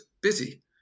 busy